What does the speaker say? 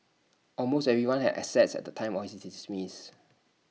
almost everyone has assets at the time of his is Smith